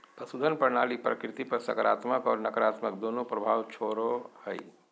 पशुधन प्रणाली प्रकृति पर सकारात्मक और नकारात्मक दोनों प्रभाव छोड़ो हइ